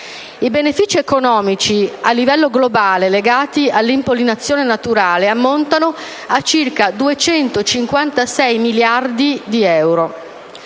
i benefici economici a livello globale legati all'impollinazione naturale ammontano a circa 256 miliardi di euro.